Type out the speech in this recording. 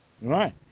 Right